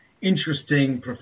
interesting